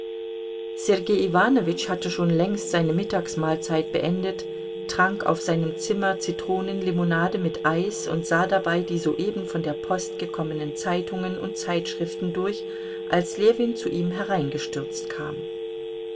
sergei iwanowitsch hatte schon längst seine mittagsmahlzeit beendet trank auf seinem zimmer zitronenlimonade mit eis und sah dabei die soeben von der post gekommenen zeitungen und zeitschriften durch als ljewin zu ihm hereingestürzt kam